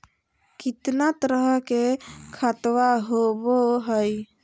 कितना तरह के खातवा होव हई?